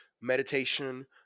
meditation